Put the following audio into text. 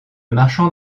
marchand